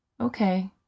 Okay